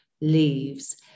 leaves